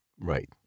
Right